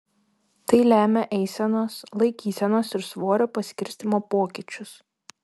tai lemia eisenos laikysenos ir svorio paskirstymo pokyčius